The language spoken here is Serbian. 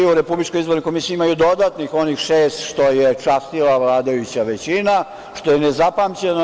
U Republičkoj izbornoj komisiji imaju dodatnih onih šest što je častila vladajuća većina, što je nezapamćeno.